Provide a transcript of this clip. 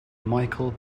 michael